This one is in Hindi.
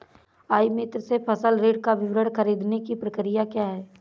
ई मित्र से फसल ऋण का विवरण ख़रीदने की प्रक्रिया क्या है?